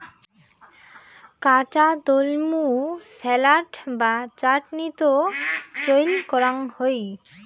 কাঁচা তলমু স্যালাড বা চাটনিত চইল করাং হই